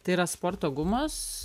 tai yra sporto gumos